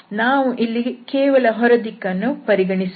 ನಾವು ಇಲ್ಲಿ ಕೇವಲ ಹೊರ ದಿಕ್ಕನ್ನು ಪರಿಗಣಿಸುತ್ತೇವೆ